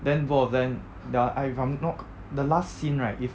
then both of them their if I'm no~ their last scene right